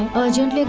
arjun